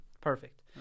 perfect